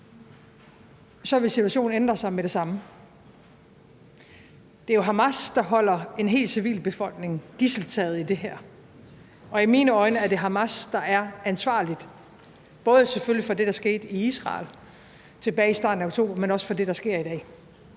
vil situationen ændre sig med det samme. Det er jo Hamas, der holder en hel civilbefolkning gidseltaget i det her. Og i mine øjne er det Hamas, der er ansvarlige både selvfølgelig for det, der skete i Israel tilbage i starten af oktober, men også for det, der sker i dag.